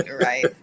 right